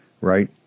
right